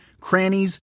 crannies